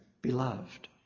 beloved